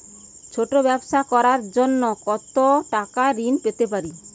ছোট ব্যাবসা করার জন্য কতো টাকা ঋন পেতে পারি?